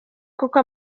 koko